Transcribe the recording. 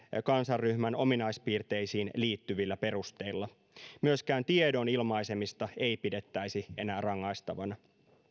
kansanryhmän ominaispiirteisiin liittyvillä perusteilla myöskään tiedon ilmaisemista ei pidettäisi enää rangaistavana